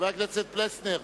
חבר הכנסת פלסנר.